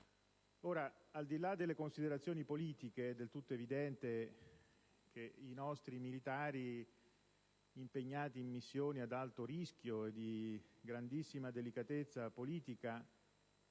Al di là delle considerazioni di schieramento, è del tutto evidente che i nostri militari, impegnati in missioni ad alto rischio e di grandissima delicatezza politica,